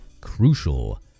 crucial